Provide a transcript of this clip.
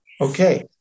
okay